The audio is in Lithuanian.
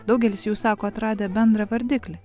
daugelis jų sako atradę bendrą vardiklį